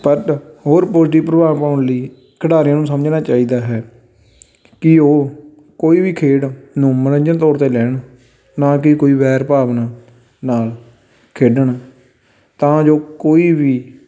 but ਹੋਰ positive ਪ੍ਰਭਾਵ ਪਾਉਣ ਲਈ ਖਿਡਾਰੀਆਂ ਨੂੰ ਸਮਝਣਾ ਚਾਹੀਦਾ ਹੈ ਕਿ ਉਹ ਕੋਈ ਵੀ ਖੇਡ ਨੂੰ ਮੰਨੋਰੰਜਨ ਤੌਰ 'ਤੇ ਲੈਣ ਨਾ ਕਿ ਕੋਈ ਵੈਰ ਭਾਵਨਾ ਨਾਲ ਖੇਡਣ ਤਾਂ ਜੋ ਕੋਈ ਵੀ